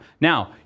Now